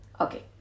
Okay